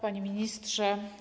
Panie Ministrze!